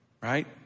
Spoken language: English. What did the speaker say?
Right